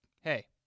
hey